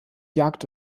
jagd